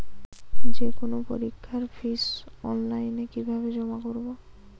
যে কোনো পরীক্ষার ফিস অনলাইনে কিভাবে জমা করব?